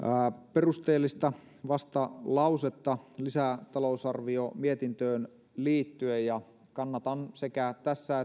perusteellista vastalausetta lisätalousarviomietintöön liittyen ja kannatan sekä tässä